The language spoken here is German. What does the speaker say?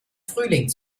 frühling